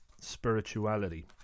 spirituality